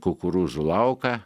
kukurūzų lauką